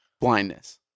blindness